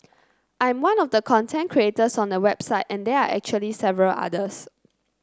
I am one of the content creators on the website and there are actually several others